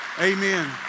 Amen